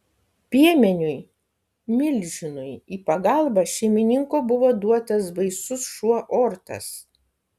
piemeniui milžinui į pagalbą šeimininko buvo duotas baisus šuo ortas